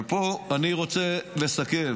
ופה אני רוצה לסכם